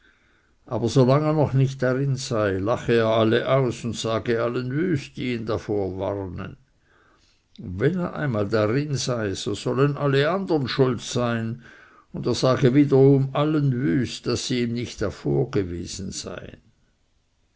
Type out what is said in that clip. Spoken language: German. aber solang er nicht darin sei lache er alle aus und sage allen wüst die ihn davor warnen und wenn er einmal darin sei so sollen alle daran schuld sein und er sage wiederum allen wüst daß sie ihm nicht davor gewesen seien